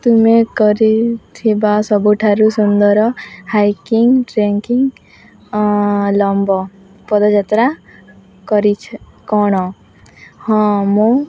ତୁମେ କରିଥିବା ସବୁଠାରୁ ସୁନ୍ଦର ହାଇକିଂ ଟ୍ରେକିଂ ଲମ୍ବ ପଦଯାତ୍ରା କରିଛ କ'ଣ ହଁ ମୁଁ